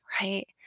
right